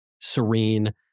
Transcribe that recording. serene